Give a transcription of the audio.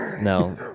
No